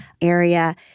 area